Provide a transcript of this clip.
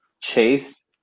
Chase